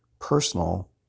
personal